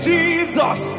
Jesus